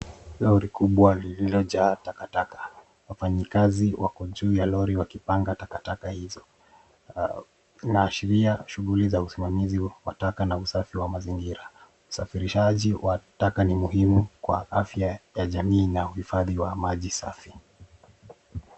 Lori kubwa lililojaa takataka, wafanyi kazi wako juu ya lori wakipanga takataka hizo inaashiria shughuli za usimamizi wa taka na usafi wa mazingira usafirishaji wa taka ni muhimu kwa afya ya jamii na uhifadi wa maji safi.